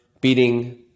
beating